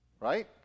Right